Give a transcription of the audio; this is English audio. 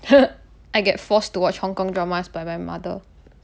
I get forced to watch Hong-Kong dramas by my mother